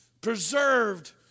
preserved